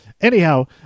anyhow